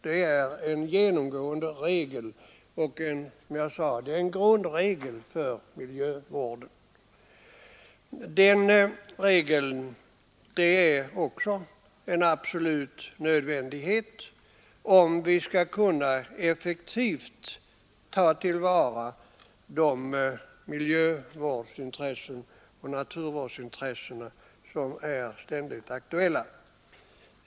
Det är alltså en genomgående regel, och den är också en absolut nödvändighet om vi effektivt skall kunna tillvarata de miljövårdsintressen och naturvårdsintressen som ständigt är aktuella.